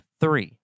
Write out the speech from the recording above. three